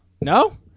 No